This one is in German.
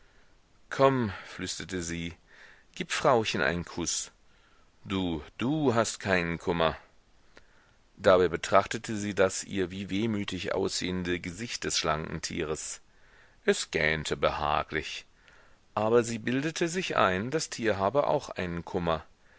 komm flüsterte sie gib frauchen einen kuß du du hast keinen kummer dabei betrachtete sie das ihr wie wehmütig aussehende gesicht des schlanken tieres es gähnte behaglich aber sie bildete sich ein das tier habe auch einen kummer